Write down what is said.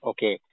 Okay